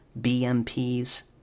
BMPs